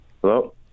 Hello